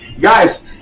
Guys